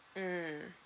mm